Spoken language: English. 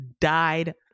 died